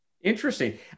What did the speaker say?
Interesting